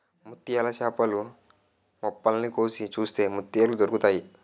ముత్యాల చేపలు మొప్పల్ని కోసి చూస్తే ముత్యాలు దొరుకుతాయి